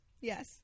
Yes